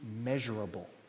measurable